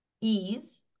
ease